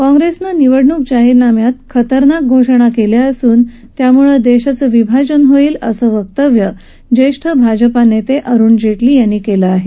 काँग्रेसनं निवडणूक जाहीरनाम्यात खतरनाक घोषणा केल्या असून त्यामुळे देशाचं विभाजन होईल असं वक्तव्य ज्येष्ठ भाजपा नेते अरूण जेटली यांनी केलं आहे